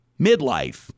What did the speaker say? midlife